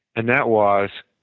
and that was,